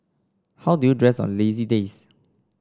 how do you dress on lazy days